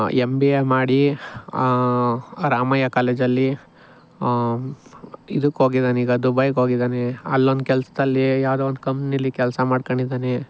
M B A ಮಾಡಿ ರಾಮಯ್ಯ ಕಾಲೇಜಲ್ಲಿ ಇದಕ್ಕೋಗಿದಾನೀಗ ದುಬಾಯ್ಗೋಗಿದಾನೆ ಅಲ್ಲೊಂದು ಕೆಲಸದಲ್ಲಿ ಯಾವುದೋ ಒಂದು ಕಂಪನಿಲಿ ಕೆಲಸ ಮಾಡ್ಕೊಂಡಿದನೆ